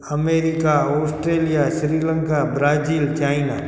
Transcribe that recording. America Australia Sri Lanka Brazil China